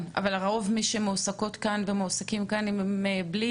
אבל רוב מי שמועסקות ומועסקים כאן הם בלי